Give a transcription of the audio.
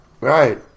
Right